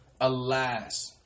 Alas